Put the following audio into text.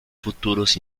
futuros